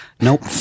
Nope